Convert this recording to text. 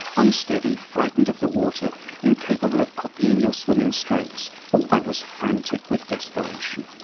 unsteady, frightened of the water incapable of copying your swimming strokes i was frantic with desperation.